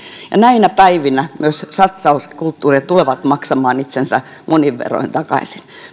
näinä päivinä myös satsaukset kulttuuriin tulevat maksamaan itsensä monin verroin takaisin